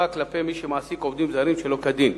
כלפי מי שמעסיק עובדים זרים שלא כדין,